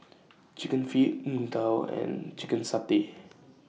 Chicken Feet Png Tao and Chicken Satay